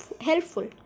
helpful